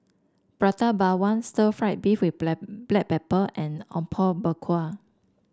Prata Bawang Stir Fried Beef with Black Pepper and Apom Berkuah